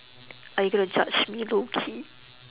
are you gonna judge me low key